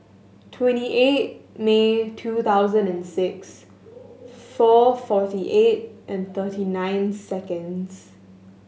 twenty eight May two thousand and six four forty eight and thirty nine seconds